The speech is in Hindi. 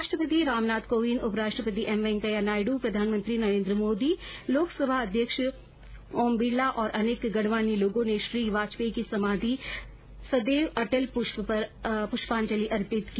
राष्ट्रपति रामनाथ कोविंद उपराष्ट्रपति एम वेंकैया नायडू प्रधानमंत्री नरेन्द्र मोदी लोकसभा अध्यक्ष ओम बिड़ला और अनेक गण्यमान्य लोगों ने श्री वाजपेयी की समाधि सदैव अटल पर पृष्पांजलि अर्पित की